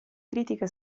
critica